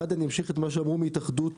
אחת, אמשיך את מה שאמרו מהתאחדות